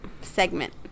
segment